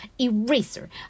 eraser